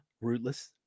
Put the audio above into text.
Rootless